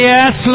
Yes